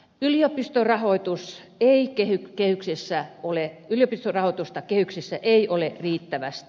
yliopisto rahoitus heikkeni kehyksissä huoli yliopistorahoitusta kehyksissä ei ole riittävästi